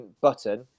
button